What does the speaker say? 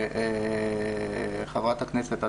שחברת הכנסת,